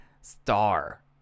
star